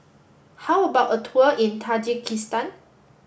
how about a tour in Tajikistan